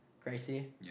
Gracie